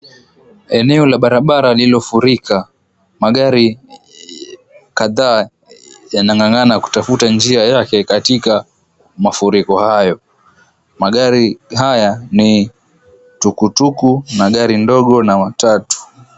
Eneo la barabara lililofurika magari kadhaa yanang'ang'ana kutafuta njia yake katika mafuriko hayo, magari haya ni tukutuku na gari ndogo na matatu.